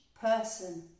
person